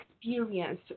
experience